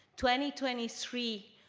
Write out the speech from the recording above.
twenty twenty three,